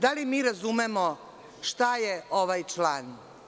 Da li mi razumemo šta je ovaj član?